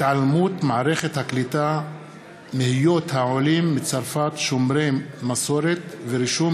התעלמות מערכת הקליטה מהיות העולים מצרפת שומרי מסורת ורישום